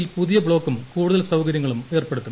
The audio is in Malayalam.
യിൽ പുതിയ ബ്ലോക്കും കൂടുൽ സൌകര്യങ്ങളും ഏർപ്പെടുത്തും